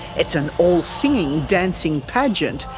it's an all singing, dancing pageant,